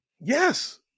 Yes